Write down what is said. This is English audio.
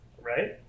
right